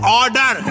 order